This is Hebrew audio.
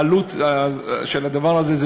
העלות של הדבר הזה,